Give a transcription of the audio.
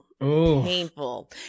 painful